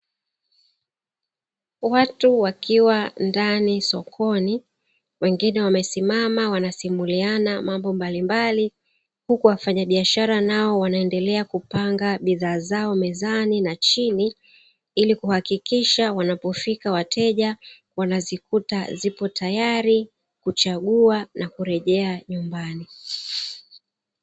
Watu wakiwa ndani sokoni, wengine wamesimama wanasimuliana mambo mbalimbali huku wafanyabiashara nao wanaendelea kupanga bidhaa zao mezani na chini, ili kuhakikisha wanapofika wateja wanazikuta zipo tayari kuchagua na kurejea nyumbani.